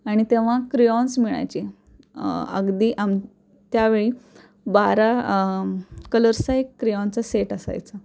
आणि तेव्हा क्रेऑन्स मिळायचे अगदी आम त्यावेळी बारा कलर्सचा एक क्रेऑनचा सेट असायचा